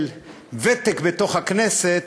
של ותק בכנסת,